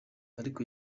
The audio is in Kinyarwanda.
ariko